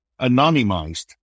anonymized